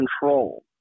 control